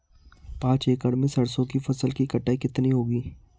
पांच एकड़ में सरसों की फसल की कटाई कितनी होगी?